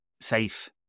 safe